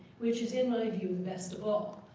which is, in my view, best of all,